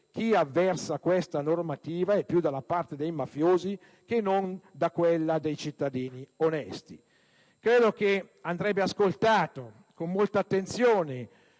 chi avversa questa normativa è più dalla parte dei mafiosi che da quella dei cittadini onesti. Credo che andrebbe ascoltato con molta attenzione